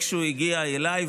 ואיכשהו היא הגיעה אליי.